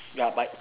ya bye